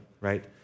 right